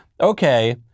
okay